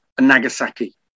Nagasaki